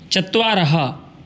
चत्वारः